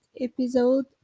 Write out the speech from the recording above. episode